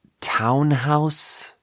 townhouse